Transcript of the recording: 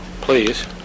please